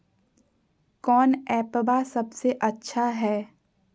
कौन एप्पबा सबसे अच्छा हय?